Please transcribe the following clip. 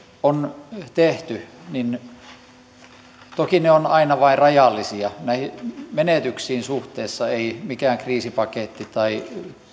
on tehty toki ovat aina vain rajallisia suhteessa näihin menetyksiin ei mikään kriisipaketti tai